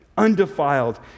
undefiled